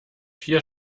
vier